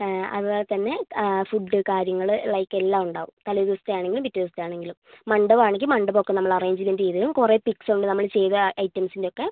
അതുപോലെത്തന്നെ ഫുഡ്ഡ് കാര്യങ്ങൾ ലൈക്ക് എല്ലാ ഉണ്ടാകും തലേ ദിവസത്തെയാണെങ്കിലും പിറ്റേ ദിവസത്തെയാണെങ്കിലും മണ്ഡപമാണെങ്കിൽ നമ്മൾ മണ്ഡപമൊക്കെ അറേഞ്ച്മെന്റ് ചെയ്ത് തരും കുറേ പിക്സൊണ്ട് നമ്മൾ ചെയ്ത ഐറ്റംസിൻ്റെയൊക്കെ